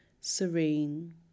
serene